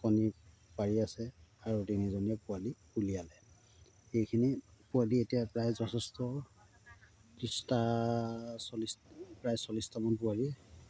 কণী পাৰি আছে আৰু তিনিজনীয়ে পোৱালি উলিয়ালে এইখিনি পোৱালি এতিয়া প্ৰায় যথেষ্ট ত্ৰিছটা চল্লিছ প্ৰায় চল্লিছটামান পোৱালি